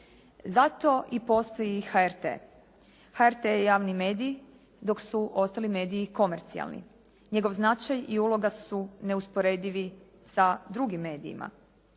Zato i postoji HRT. HRT je javni medij dok su ostali mediji komercijalni. Njegov značaj i uloga su neusporedivi sa drugim medijima.